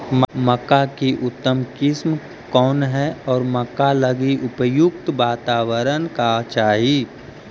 मक्का की उतम किस्म कौन है और मक्का लागि उपयुक्त बाताबरण का चाही?